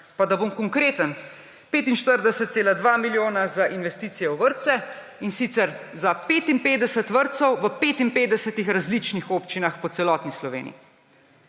Pa da bom konkreten: 45,2 milijona za investicije v vrtce, in sicer za 55 vrtcev v 55. različnih občinah po celotni Sloveniji;